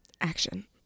Action